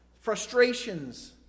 frustrations